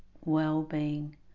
well-being